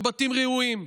בבתים ראויים,